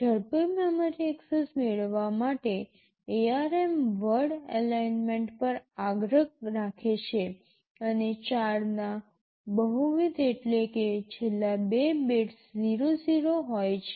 ઝડપી memory access મેળવવા માટે ARM વર્ડ અલાઇન્મેન્ટ પર આગ્રહ રાખે છે અને ૪ ના બહુવિધ એટલે છેલ્લા બે બિટ્સ 00 હોય છે